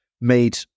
made